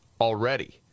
already